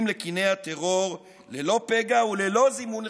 לקיני הטרור ללא פגע וללא זימון לחקירה.